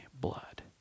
blood